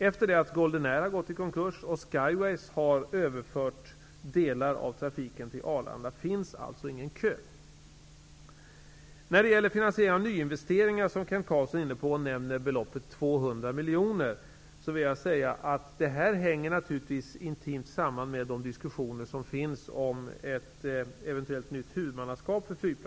Efter det att Golden Air har gått i konkurs och Skyways har överfört delar av trafiken till Arlanda finns ingen kö. Kent Carlsson nämner beloppet 200 miljoner när det gäller nyinvesteringar. Det hänger naturligtvis intimt samman med de diskussioner som förs om ett eventuellt nytt huvudmannaskap för flygplatsen.